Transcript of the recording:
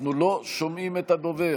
אנחנו לא שומעים את הדובר.